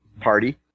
party